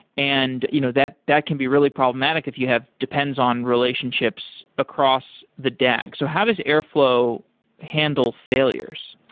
and you know that that can be really problematic if you have, depends on relationships across the dag. so how does airflow handle failures?